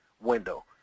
window